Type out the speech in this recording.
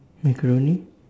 macaroni